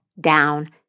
down